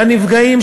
והנפגעים,